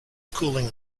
cooling